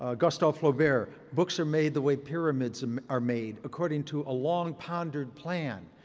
ah gustave flaubert, books are made the way pyramids um are made, according to a long-pondered plan.